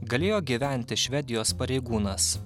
galėjo gyventi švedijos pareigūnas